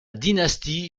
dynastie